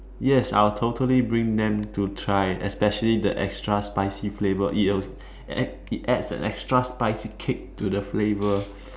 yes I'll totally bring them to try especially the extra spicy flavor it will add it adds an extra spicy kick to the flavor